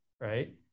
right